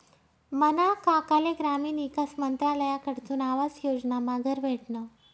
मना काकाले ग्रामीण ईकास मंत्रालयकडथून आवास योजनामा घर भेटनं